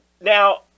Now